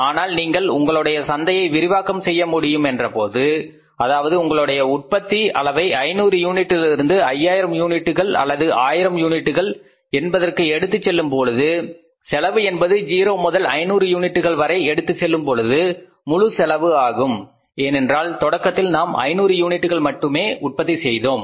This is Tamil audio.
ஆனால் நீங்கள் உங்களுடைய சந்தையை விரிவாக்கம் செய்ய முடியும் என்றபோது அதாவது உங்களுடைய உற்பத்தி அளவை 500 யூனிட்டில் இருந்து 5000 யூனிட்டுகள் அல்லது ஆயிரம் யூனிட்டுகள் என்பதற்கு எடுத்துச் செல்லும்போது செலவு என்பது 0 முதல் 500 யூனிட்டுகள் வரை எடுத்துச் செல்லும் பொழுது முழு செலவு ஆகும் ஏனென்றால் தொடக்கத்தில் நாம் 500 யூனிட்டுகள் மட்டுமே உற்பத்தி செய்கின்றோம்